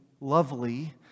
lovely